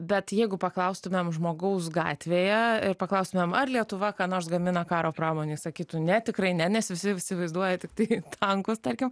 bet jeigu paklaustumėm žmogaus gatvėje ir paklaustumėm ar lietuva ką nors gamina karo pramonei sakytų ne tikrai ne nes visi įsivaizduoja tiktai tankus tarkim